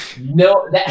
No